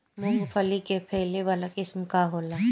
मूँगफली के फैले वाला किस्म का होला?